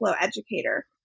educator